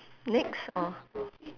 next or